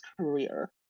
career